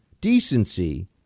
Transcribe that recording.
decency